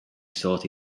sought